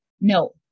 No